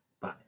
Bye